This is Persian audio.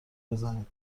بزن